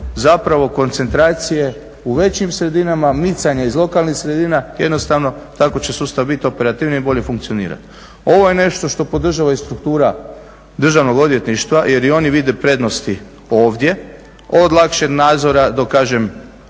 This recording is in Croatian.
zapravo koncentracije u većim sredinama, micanje iz lokalnih sredina, jednostavno tako će sustav biti operativniji i bolje funkcionirati. Ovo je nešto što podržava i struktura državnog odvjetništva jer i oni vide prednosti ovdje od lakšeg nadzora do kažem